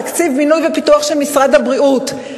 תקציב בינוי ופיתוח של משרד הבריאות,